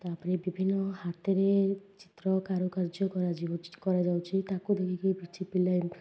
ତା'ପରେ ବିଭିନ୍ନ ହାତରେ ଚିତ୍ର କାରୁକାର୍ଯ୍ୟ କରାଯିବ କରାଯାଉଛି ତାକୁ ଦେଖିକି କିଛି ପିଲା